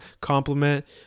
compliment